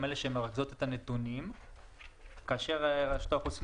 הן אלה שמרכזות את הנתונים כאשר רשות האוכלוסין